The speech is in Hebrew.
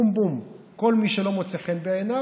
בום-בום, כל מי שלא מוצא חן בעיניו.